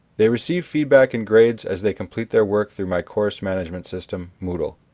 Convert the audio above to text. they receive feedback and grades as they complete their work through my course management system moodle.